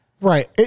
Right